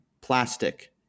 plastic